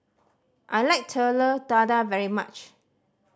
I like Telur Dadah very much